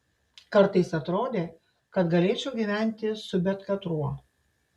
kartais atrodė kad galėčiau gyventi su bet katruo